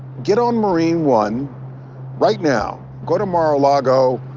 get on marine one right now, go to mar-a-lago,